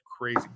crazy